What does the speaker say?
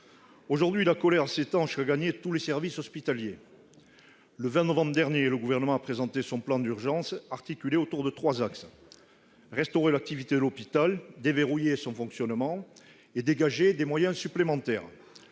Aujourd'hui, la colère s'étend jusqu'à gagner tous les services hospitaliers. Le 20 novembre dernier, le Gouvernement a présenté son plan d'urgence, articulé autour de trois axes : restaurer l'activité de l'hôpital, déverrouiller le fonctionnement de celui-ci et dégager des moyens supplémentaires.